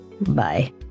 bye